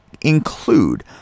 include